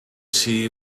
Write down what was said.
see